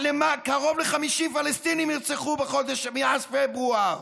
קרוב ל-50 פלסטינים נרצחו מאז פברואר,